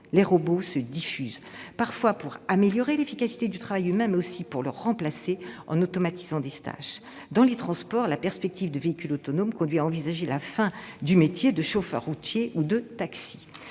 les robots se diffusent, parfois pour améliorer l'efficacité du travail humain, mais parfois aussi pour le remplacer en automatisant des tâches. Dans les transports, la perspective du véhicule autonome conduit à envisager la fin des métiers de chauffeur routier ou de taxi.